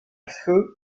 feu